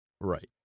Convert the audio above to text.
Right